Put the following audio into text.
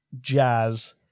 jazz